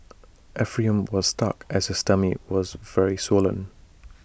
Ephraim was stuck as his tummy was very swollen